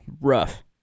rough